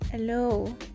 Hello